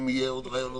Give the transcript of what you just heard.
אם יהיה רעיון נוסף?